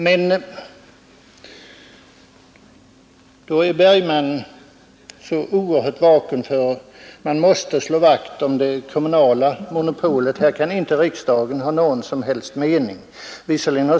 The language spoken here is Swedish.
Men då är herr Bergman så oerhört vaken för att man måste slå vakt om det kommunala monopolet. Här får inte riksdagen ha någon som helst uppfattning.